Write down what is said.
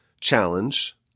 Challenge